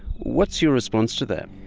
what's your response to that?